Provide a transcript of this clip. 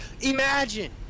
Imagine